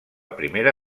primera